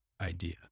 idea